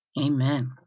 Amen